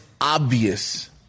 obvious